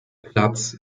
platz